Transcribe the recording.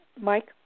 Mike